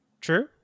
True